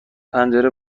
پنجره